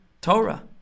Torah